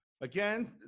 again